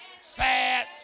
sad